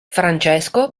francesco